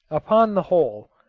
upon the whole,